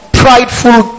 prideful